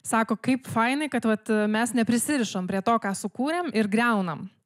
sako kaip fainai kad vat mes neprisirišam prie to ką sukūrėm ir griaunam